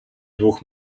двух